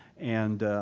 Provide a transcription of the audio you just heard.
and